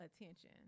attention